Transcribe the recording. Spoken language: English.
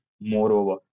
moreover